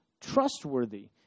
trustworthy